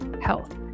Health